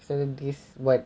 so this what